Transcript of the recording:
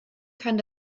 kann